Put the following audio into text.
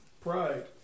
pride